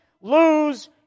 lose